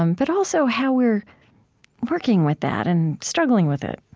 um but also how we're working with that and struggling with it